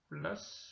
plus